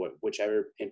whichever